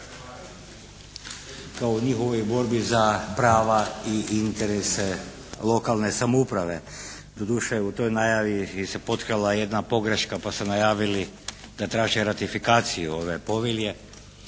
u njihovoj borbi za prava i interese lokalne samouprave. Doduše u toj najavi se potkrala jedna pogreška pa su najavili da traže ratifikaciju ove povelje,